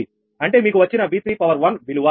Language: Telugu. అంటే మీకు వచ్చిన 𝑉31 విలువ